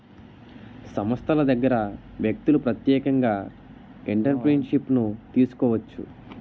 సంస్థల దగ్గర వ్యక్తులు ప్రత్యేకంగా ఎంటర్ప్రిన్యూర్షిప్ను తీసుకోవచ్చు